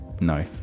No